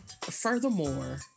Furthermore